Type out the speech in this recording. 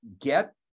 get